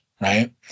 right